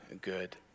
good